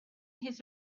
his